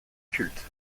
culte